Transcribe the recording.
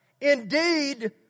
Indeed